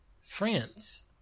France